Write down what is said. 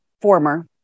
former